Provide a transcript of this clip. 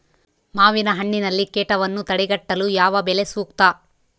ಮಾವಿನಹಣ್ಣಿನಲ್ಲಿ ಕೇಟವನ್ನು ತಡೆಗಟ್ಟಲು ಯಾವ ಬಲೆ ಸೂಕ್ತ?